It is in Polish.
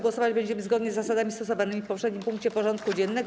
Głosować będziemy zgodnie z zasadami stosowanymi w poprzednim punkcie porządku dziennego.